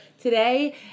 today